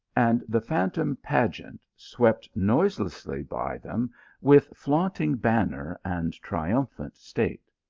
and the phantom pageant swept noiselessly by them with flaunting banner and triumphant state.